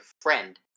friend